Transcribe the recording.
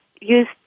use